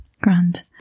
Grand